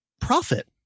profit